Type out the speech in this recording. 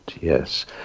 yes